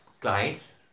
clients